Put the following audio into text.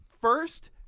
first